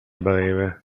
breve